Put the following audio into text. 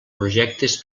projectes